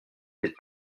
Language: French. d’être